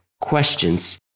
questions